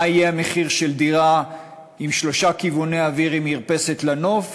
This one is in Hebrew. מה יהיה המחיר של דירה עם שלושה כיווני אוויר ועם מרפסת לנוף,